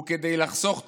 וכדי לחסוך תחמושת,